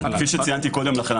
כפי שציינתי קודם לכן,